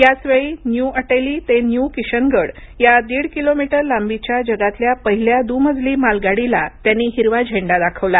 याच वेळी न्यू अटेली ते न्यू किशनगड या दीड किलोमीटर लांबीच्या जगातल्या पहिल्या दुमजली मालगाडीला त्यांनी हिरवा झेंडा दाखवला